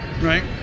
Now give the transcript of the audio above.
Right